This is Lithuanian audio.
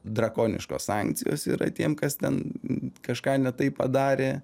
drakoniškos sankcijos yra tiem kas ten kažką ne taip padarė